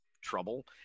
trouble